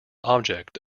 object